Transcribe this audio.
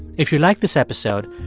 if you like this episode,